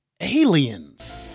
aliens